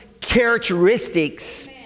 Characteristics